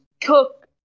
cook